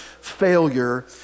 failure